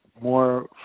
more